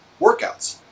workouts